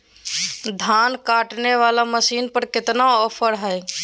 धान काटने वाला मसीन पर कितना ऑफर हाय?